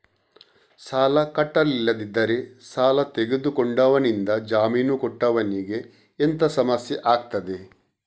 ಸಾಲ ಕಟ್ಟಿಲ್ಲದಿದ್ದರೆ ಸಾಲ ತೆಗೆದುಕೊಂಡವನಿಂದ ಜಾಮೀನು ಕೊಟ್ಟವನಿಗೆ ಎಂತ ಸಮಸ್ಯೆ ಆಗ್ತದೆ?